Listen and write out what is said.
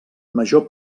major